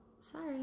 Sorry